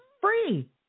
free